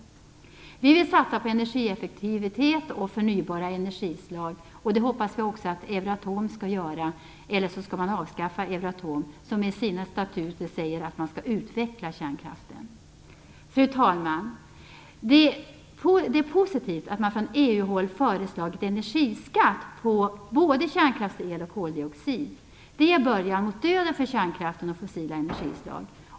Vi vill satsa på energieffektivitet och förnybara energislag, och det hoppas vi att också Euroatom skall göra. Eller också skall man avskaffa Euroatom som i sina statuter säger att kärnkraften skall utvecklas. Fru talman! Det är positivt att man från EU-håll har föreslagit energiskatt på både kärnkraftsel och koldioxid. Det är början till döden för kärnkraften och fossila energislag.